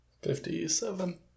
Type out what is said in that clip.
Fifty-seven